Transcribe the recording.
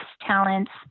talents